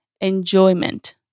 enjoyment